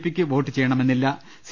പിക്ക് vote ചെയ്യണമെന്നില്ല C